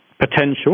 potential